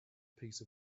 piece